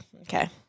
Okay